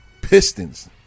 Pistons